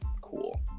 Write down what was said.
cool